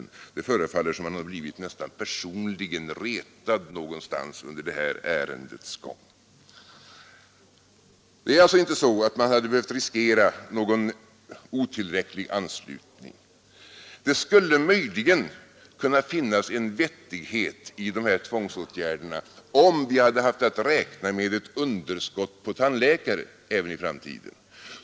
Nej, det förefaller verkligen som om han hade blivit nästan personligen retad någonstans under det här ärendets gång. Man hade alltså inte behövt riskera någon otillräcklig anslutning. Det skulle möjligen kunna finnas en vettighet i de här tvångsåtgärderna, om vi hade haft att räkna med ett underskott på tandläkare även i framtiden.